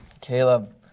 Caleb